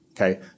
Okay